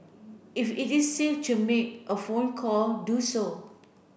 if it is safe to make a phone call do so